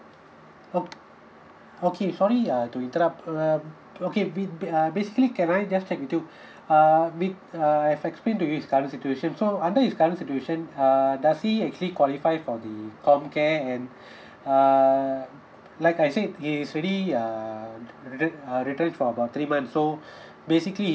ok~ okay sorry uh to interrupt um okay b~ b~ uh basically can I just check with you uh with uh I've explained to you his current situation so under his current situation err does he actually qualify for the comcare and uh like I said he is already err re~ re~ uh retrenched for about three months so basically